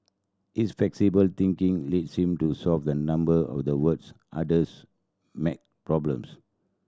his flexible thinking led him to solve a number of the world's hardest maths problems